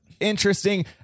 interesting